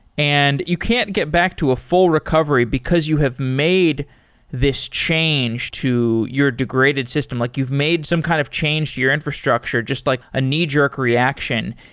and you can't get back to a full recovery, because you have made this change to your degraded system. like you've made some kind of change to your infrastructure, just like a knee-jerk reaction.